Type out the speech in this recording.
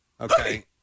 Okay